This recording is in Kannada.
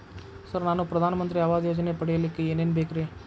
ಸರ್ ನಾನು ಪ್ರಧಾನ ಮಂತ್ರಿ ಆವಾಸ್ ಯೋಜನೆ ಪಡಿಯಲ್ಲಿಕ್ಕ್ ಏನ್ ಏನ್ ಬೇಕ್ರಿ?